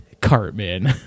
Cartman